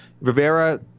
Rivera